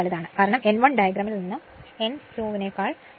കാരണം N1 ഡയഗ്രാമിൽ നിന്ന് N2 നേക്കാൾ വലുതാണ്